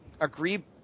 agree